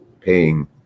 paying